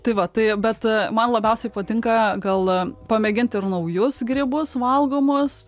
tai va tai bet man labiausiai patinka gal pamėgint ir naujus grybus valgomus